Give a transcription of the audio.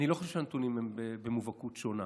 אני לא חושב שהנתונים הם במובהקות שונה.